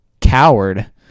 coward